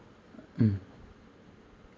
mm